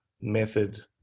method